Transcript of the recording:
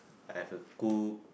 I have a cook